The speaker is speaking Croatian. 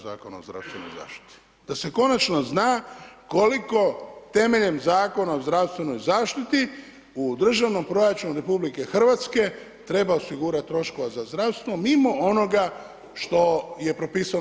Zakona o zdravstvenoj zaštiti, da se konačno zna koliko temeljem Zakona o zdravstvenoj zaštiti u državnom proračunu RH treba osigurati troškova za zdravstvo mimo onoga što je propisano